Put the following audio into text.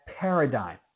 paradigm